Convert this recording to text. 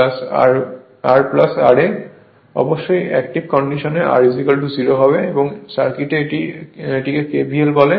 অবশ্যই active condition R 0 এবং এই সার্কিটে এটিকে KVL বলে